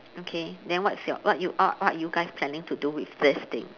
okay then what's your what you are what you guys planning to do with this thing